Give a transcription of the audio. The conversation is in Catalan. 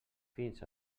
fins